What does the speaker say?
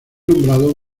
nombrado